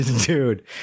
Dude